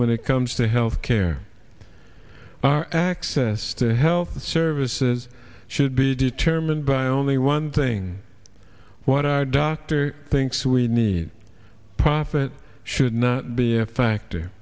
when it comes to health care our access to health services should be determined by only one thing what our doctor thinks we need a profit should not be a factor